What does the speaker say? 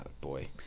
Boy